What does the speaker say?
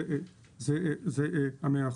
זה המאה אחוזים.